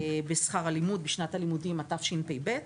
בשכר הלימוד בשנת הלימודים התשפ"ב,